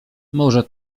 może